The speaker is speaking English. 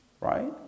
right